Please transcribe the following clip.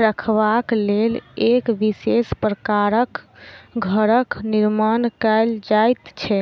रखबाक लेल एक विशेष प्रकारक घरक निर्माण कयल जाइत छै